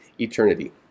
eternity